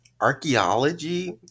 Archaeology